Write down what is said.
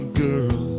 girl